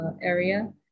area